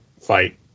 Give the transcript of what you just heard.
fight